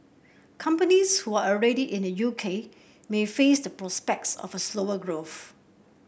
companies who are already in the U K may face the prospects of a slower growth